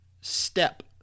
step